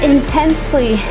Intensely